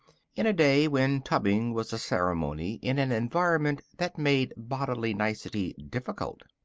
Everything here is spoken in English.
in a day when tubbing was a ceremony in an environment that made bodily nicety difficult.